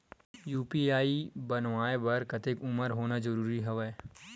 UPI बनवाय बर कतेक उमर होना जरूरी हवय?